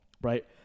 right